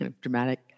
dramatic